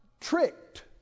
tricked